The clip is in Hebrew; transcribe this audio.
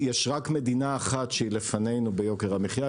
יש רק מדינה אחת שהיא לפנינו ביוקר המחיה,